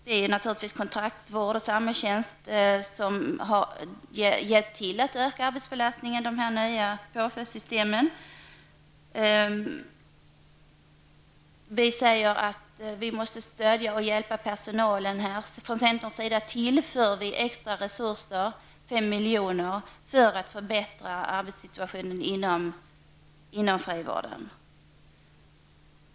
Det är naturligtvis de nya påföljdsformerna samhällstjänst och kontraktsvård som har bidragit till denna ökade arbetsbelastning. Vi måste stödja och hjälpa personalen. Från centerns sida vill vi tillföra en extra resurs på 5 miljoner för att förbättra arbetssituationen inom frivården.